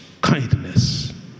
kindness